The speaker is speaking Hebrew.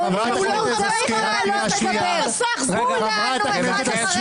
--- חברת הכנסת השכל, קריאה שלישית.